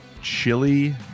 Chili